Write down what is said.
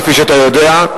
כפי שאתה יודע,